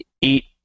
eat